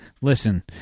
listen